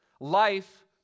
Life